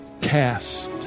Cast